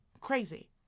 Crazy